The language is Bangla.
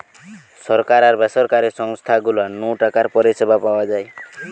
সরকার আর বেসরকারি সংস্থা গুলা নু টাকার পরিষেবা পাওয়া যায়